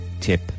Tip